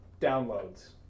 downloads